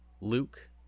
Luke